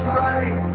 right